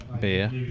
beer